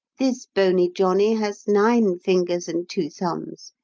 this bony johnny has nine fingers and two thumbs.